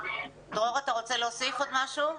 דרור אתה רוצה להוסיף עוד משהו?